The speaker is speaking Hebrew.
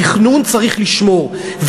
על התכנון צריך לשמור,